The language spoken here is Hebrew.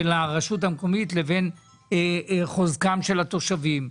הרשות המקומית לבין חוזקם על התושבים.